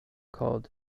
called